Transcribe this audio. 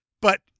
but-